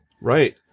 Right